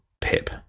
PIP